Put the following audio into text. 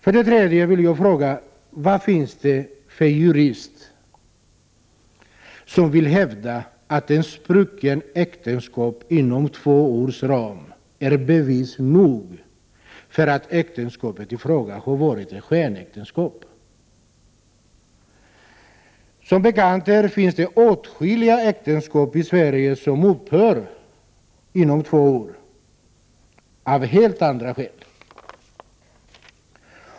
För det tredje vill jag fråga: Vad finns det för jurister som vill hävda att ett sprucket äktenskap inom två års ram är bevis nog för att äktenskapet i fråga har varit ett skenäktenskap? Som bekant upphör åtskilliga äktenskap i Sverige inom två år av helt andra skäl.